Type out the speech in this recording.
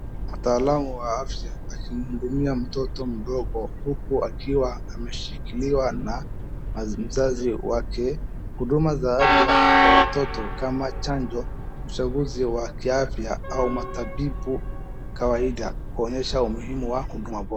Mtaalamu wa afya akimhudumia mtoto mdogo huku akiwa ameshikiliwa na mzazi wake. Huduma za afya kwa watoto kama chanjo, uchaguzi wa kiafya au matabibu kawaida kuonyeshwa umuhimu wa huduma bora.